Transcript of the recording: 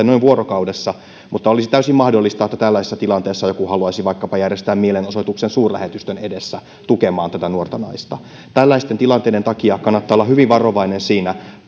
noin vuorokaudessa mutta olisi täysin mahdollista että tällaisissa tilanteissa joku haluaisi vaikkapa järjestää mielenosoituksen suurlähetystön edessä tukemaan tätä nuorta naista tällaisten tilanteiden takia kannattaa olla hyvin varovainen siinä